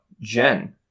Jen